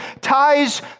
ties